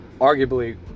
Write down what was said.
arguably